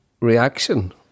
reaction